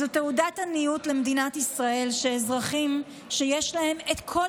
זו תעודת עניות למדינת ישראל שאזרחים שיש להם את כל